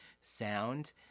sound